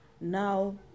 Now